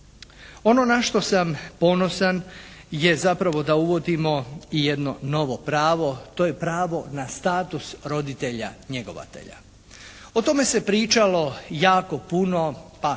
Ono na što sam ponosan je zapravo da uvodimo i jedno novo pravo. To je pravo na status roditelja njegovatelja. O tome se pričalo jako puno, pa možda